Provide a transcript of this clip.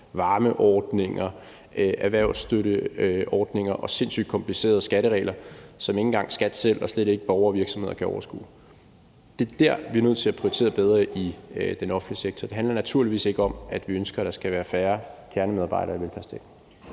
varmeordninger, erhvervsstøtteordninger og sindssygt komplicerede skatteregler, som ikke engang skattevæsenet selv, og slet ikke borgere og virksomheder, kan overskue. Det er dér, vi er nødt til at prioritere bedre i den offentlige sektor. Det handler naturligvis ikke om, at vi ønsker, at der skal være færre kernemedarbejdere i velfærdsstaten.